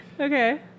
Okay